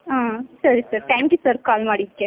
ಊಂ ಸರಿ sir thank you sir call ಮಾಡಿದ್ದಕ್ಕೆ